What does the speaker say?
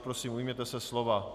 Prosím, ujměte se slova.